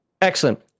excellent